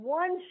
one